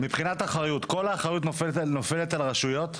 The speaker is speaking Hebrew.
מבחינת אחריות, כל האחריות נופלת על רשויות?